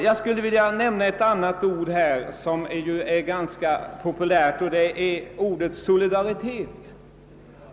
Jag skulle vilja nämna ett ord som är ganska populärt, nämligen ordet solidaritet.